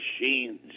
machines